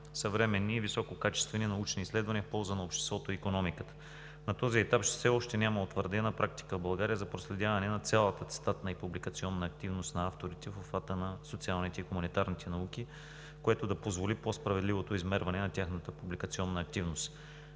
съвременни и висококачествени научни изследвания в полза на обществото и икономиката. На този етап все още няма утвърдена практика в България за проследяване на цялата цитатна и публикационна активност на авторите в обхвата на социалните и хуманитарните науки, което да позволи по-справедливото измерване на тяхната публикационна активност.